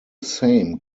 same